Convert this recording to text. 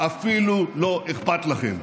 אפילו לא אכפת לכם.